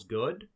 good